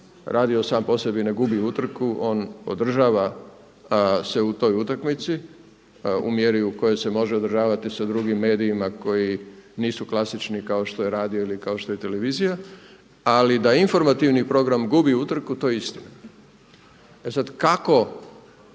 radio sam po sebi ne gubi utrku, on održava se u toj utakmici u mjeri u kojoj se može održavati sa drugim medijima koji nisu klasični kao što je radio ili kao što je televizija. Ali da informativni program gubi utrku to je istina. E sada kako